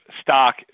stock